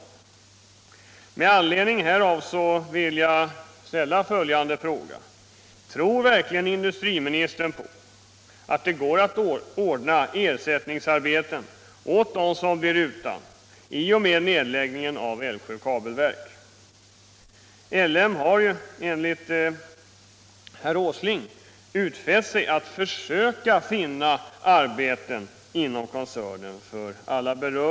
Jag vill ställa följande fråga: Tror verkligen industriministern att det går att ordna ersättningsarbeten åt dem som blir utan arbete efter nedläggningen av Älvsjöanläggningen? LM har ju enligt herr Åsling utfäst sig att för alla berörda försöka finna arbeten inom koncernen.